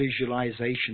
visualization